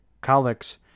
Colics